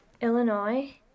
Illinois